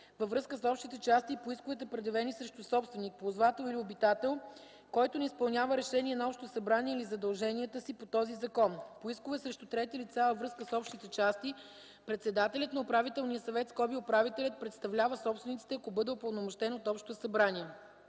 във връзка с общите части, и по исковете, предявени срещу собственик, ползвател или обитател, който не изпълнява решение на общото събрание или задълженията си по този закон. По искове срещу трети лица, във връзка с общите части, председателят на управителния съвет (управителят) представлява собствениците, ако бъде упълномощен от общото събрание.